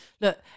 Look